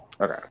Okay